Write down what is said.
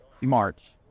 March